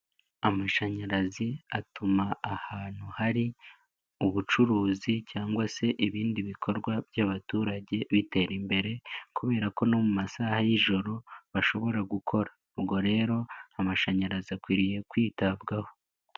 Amashanyarazi atuma ahantu hari ubucuruzi cyangwa se ibindi bikorwa by'abaturage bitera imbere kubera ko no mu masaha y'ijoro bashobora gukora. Ubwo rero amashanyarazi akwiriye kwitabwaho.